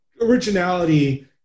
originality